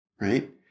Right